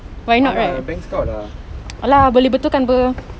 !alah! bangs kau lah